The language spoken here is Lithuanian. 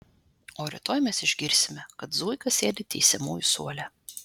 o rytoj mes išgirsime kad zuika sėdi teisiamųjų suole